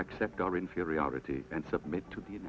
accept our inferiority and submit to the